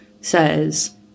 says